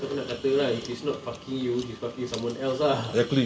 terus aku nak kata lah if he's not fucking you he's fucking with someone else lah